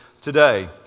today